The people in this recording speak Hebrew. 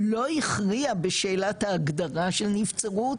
לא הכריע בשאלת ההגדרה של נבצרות,